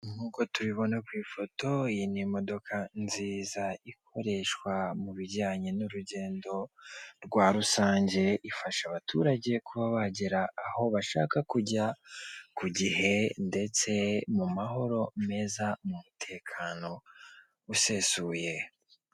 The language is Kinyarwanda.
Nk'uko tubibona ku ifoto iyi ni imodoka nziza ikoreshwa mu bijyanye n'urugendo rwa rusange, ifasha abaturage kuba bagera aho bashaka kujya ku gihe ndetse mu mahoro meza, mu mutekano usesuye.